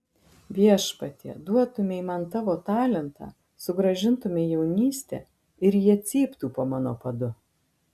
viešpatie duotumei man tavo talentą sugrąžintumei jaunystę ir jie cyptų po mano padu